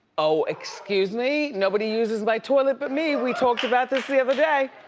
oh, excuse me. nobody uses my toilet but me. we talked about this the other day.